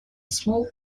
small